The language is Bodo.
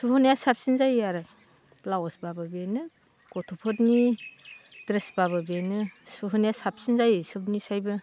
सुहोनाया साबसिन जायो आरो ब्लाउसबाबो बेनो गथ'फोरनि ड्रेसबाबो बेनो सुहोनाया साबसिन जायो सबनिसायबो